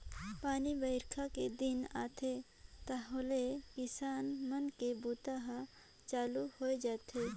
पानी बाईरखा दिन आथे तहाँले किसान मन के बूता हर चालू होए जाथे